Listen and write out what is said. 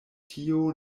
tio